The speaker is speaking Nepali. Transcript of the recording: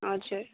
हजुर